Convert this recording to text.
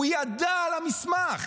הוא ידע על המסמך.